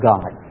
God